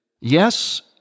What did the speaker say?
yes